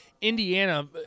Indiana